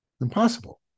Impossible